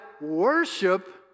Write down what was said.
worship